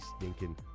stinking